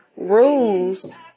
rules